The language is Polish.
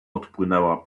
odpłynęła